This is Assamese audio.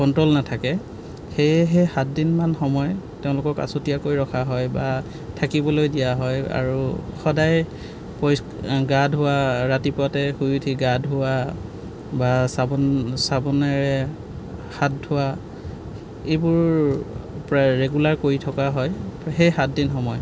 কণ্ট্ৰল নাথাকে সেয়হে সাতদিনমান সময় তেওঁলোকক আছুতীয়াকৈ ৰখা হয় বা থাকিবলৈ দিয়া হয় আৰু সদায় গা ধোৱা ৰাতিপুৱাতে শুই উঠি গা ধোৱা বা চাবোন চাবোনেৰে হাত ধোৱা এইবোৰ প্ৰায় ৰেগুলাৰ কৰি থকা হয় সেই সাতদিন সময়